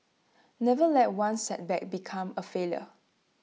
never let one setback become A failure